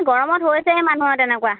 গৰমত হৈছেই মানুহৰ তেনেকুৱা